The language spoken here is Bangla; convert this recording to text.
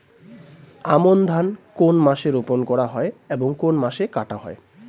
আমন ধান কোন মাসে রোপণ করা হয় এবং কোন মাসে কাটা হয়?